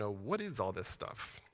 so what is all this stuff?